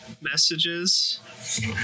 messages